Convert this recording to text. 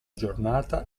giornata